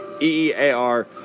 EEAR